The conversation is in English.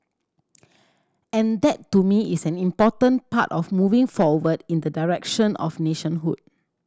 and that to me is an important part of moving forward in the direction of nationhood